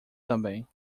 também